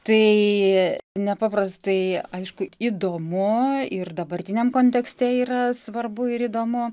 tai nepaprastai aišku įdomu ir dabartiniam kontekste yra svarbu ir įdomu